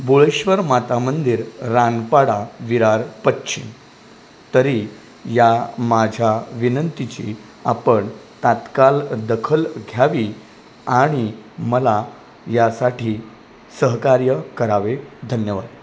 बोळेश्वरी माता मंदिर रानपाडा विरार पश्चिम तरी या माझ्या विनंतीची आपण तात्काळ दखल घ्यावी आणि मला यासाठी सहकार्य करावे धन्यवाद